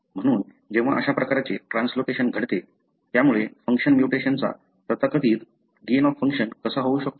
म्हणून जेव्हा अशा प्रकारचे ट्रान्सलोकेशन घडते त्यामुळे फंक्शन म्युटेशनचा तथाकथित गेन ऑफ फंक्शन कसा होऊ शकतो